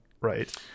right